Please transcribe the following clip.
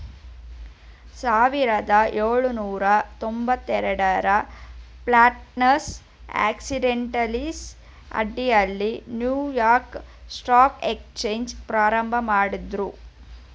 ಸಾವಿರದ ಏಳುನೂರ ತೊಂಬತ್ತಎರಡು ಪ್ಲಾಟಾನಸ್ ಆಕ್ಸಿಡೆಂಟಲೀಸ್ ಅಡಿಯಲ್ಲಿ ನ್ಯೂಯಾರ್ಕ್ ಸ್ಟಾಕ್ ಎಕ್ಸ್ಚೇಂಜ್ ಪ್ರಾರಂಭಮಾಡಿದ್ರು